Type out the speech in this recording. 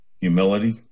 humility